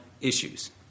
issues